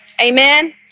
Amen